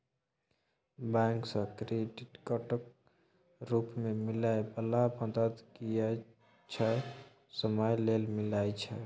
bank सँ क्रेडिटक रूप मे मिलै बला मदद किछे समय लेल मिलइ छै